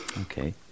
Okay